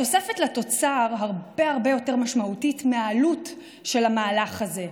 התוספת לתוצר הרבה הרבה יותר משמעותית מהעלות של המהלך הזה.